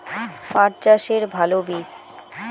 পাঠ চাষের ভালো বীজ?